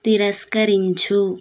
తిరస్కరించు